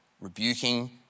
rebuking